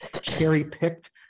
cherry-picked